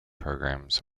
programs